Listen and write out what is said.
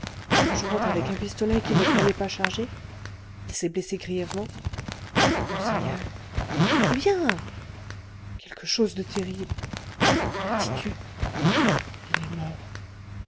en jouant avec un pistolet qu'il ne croyait pas chargé il s'est blessé grièvement monseigneur eh bien quelque chose de terrible que dis-tu il est mort